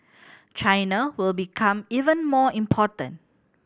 China will become even more important